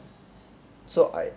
so I